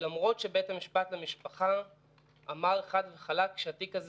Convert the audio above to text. למרות שבית המשפט למשפחה אמר חד וחלק שהתיק הזה